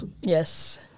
Yes